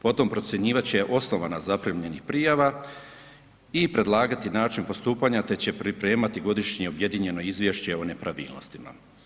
Po tom procjenjivat će osnovu zaprimljenih prijava i predlagati način postupanja te će pripremati godišnje objedinjeno izvješće o nepravilnostima.